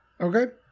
Okay